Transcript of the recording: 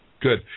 Good